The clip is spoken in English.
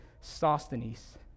Sosthenes